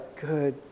good